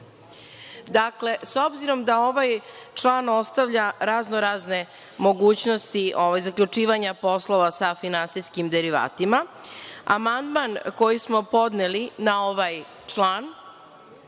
Srbije. Dakle, s obzirom da ovaj član ostavlja raznorazne mogućnosti zaključivanja poslova za finansijskim derivatima, amandman koji smo podneli na ovaj član